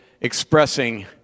expressing